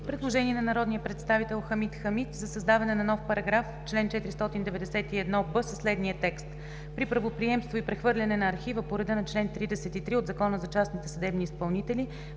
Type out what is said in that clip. Предложение на народния представител Хамид Хамид за създаване на нов параграф – чл. 491б със следния текст: „При правоприемство и прехвърляне на архива по реда на чл. 33 от Закона за частните съдебни изпълнители,